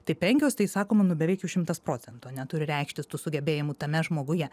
tai penkios tai sakoma nu beveik jau šimtas procentų ane turi reikštis tų sugebėjimų tame žmoguje